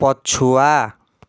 ପଛୁଆ